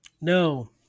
No